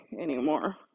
anymore